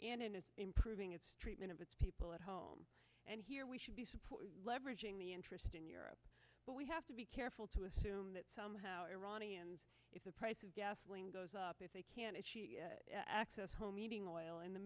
in improving its treatment of its people at home and here we should be supporting leveraging the interest in europe but we have to be careful to assume that somehow iranians if the price of gasoline goes up if they can't access home heating oil in the